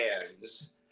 Hands